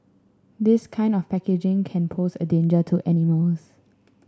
this kind of packaging can pose a danger to animals